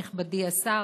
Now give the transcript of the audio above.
נכבדי השר,